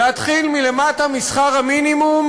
להתחיל מלמטה, משכר המינימום,